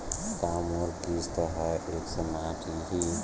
का मोर किस्त ह एक समान रही?